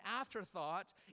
afterthought